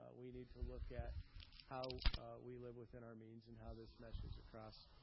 we need to look at how we live within our means and how this message across